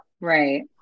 Right